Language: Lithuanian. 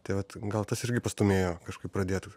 tai vat gal tas irgi pastūmėjo kažkaip pradėt